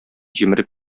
җимереп